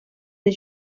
del